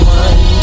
one